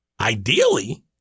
Ideally